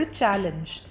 challenge